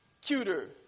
cuter